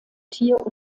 tier